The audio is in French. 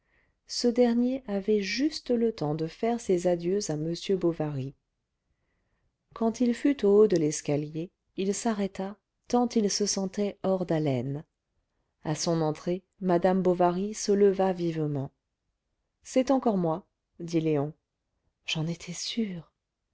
ce dernier avait juste le temps de faire ses adieux à m bovary quand il fut au haut de l'escalier il s'arrêta tant il se sentait hors d'haleine à son entrée madame bovary se leva vivement c'est encore moi dit léon j'en étais sûre